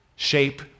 shape